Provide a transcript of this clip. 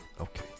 okay